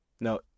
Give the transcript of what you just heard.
No